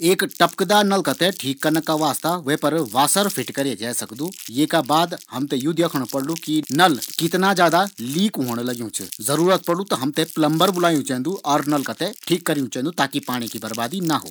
पहले हम नलका देखेला की नलका कख बैठीं जो फाल्ट ची वो होंद लघु की ये ये को वॉशर खराब ची की ये की चूड़ी गाड़ी ची की नलखा कख बैठी खराब ची की वे पार्ट देख की करदे ठीक